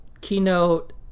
keynote